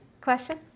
Question